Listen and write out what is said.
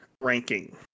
ranking